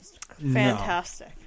Fantastic